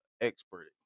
expert